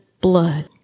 blood